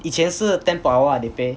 以前是 ten per hour ah they pay